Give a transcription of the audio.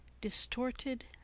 distorted